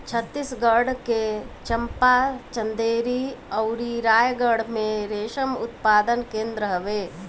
छतीसगढ़ के चंपा, चंदेरी अउरी रायगढ़ में रेशम उत्पादन केंद्र हवे